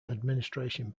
administration